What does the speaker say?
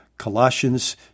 Colossians